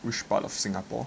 like which part of singapore